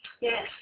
Yes